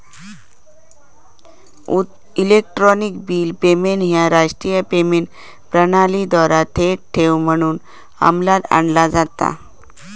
electronic bill payment ह्या राष्ट्रीय payment प्रणालीद्वारा थेट ठेव म्हणून अंमलात आणला जाता